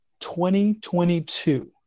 2022